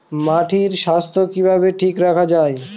মাটির স্বাস্থ্য কিভাবে ঠিক রাখা যায়?